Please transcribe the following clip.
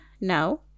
now